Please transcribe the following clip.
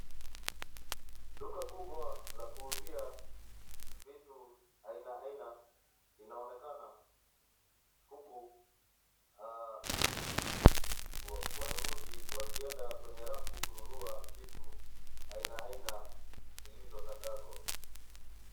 Duka kubwa la kuuzia vitu aina aina linaonekana huku, wanunuzi wakienda kwenye rafu kununua vitu aina aina zilizotangazwa.